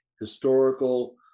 historical